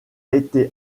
été